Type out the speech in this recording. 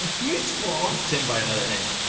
and useful. it's tim by another name.